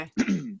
Okay